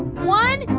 one,